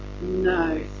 No